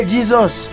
Jesus